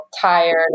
tired